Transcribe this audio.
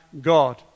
God